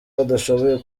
badashoboye